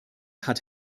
hat